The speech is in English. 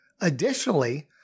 Additionally